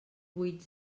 vuit